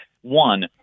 One